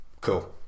cool